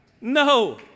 No